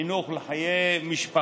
חינוך לחיי משפחה,